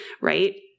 right